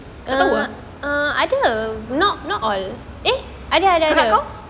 tak tahu ke kakak kau